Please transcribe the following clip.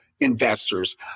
investors